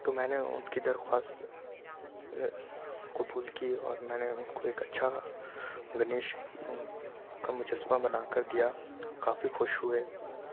تو میں نے اُن کی درخواست قبول کی اور میں نے اُن کو ایک اچھا گنیش کا مجسمہ بنا کر دیا وہ کافی خوش ہوئے